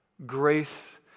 Grace